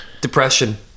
Depression